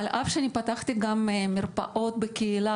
על אף שאני פתחתי גם מרפאות בקהילה